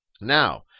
Now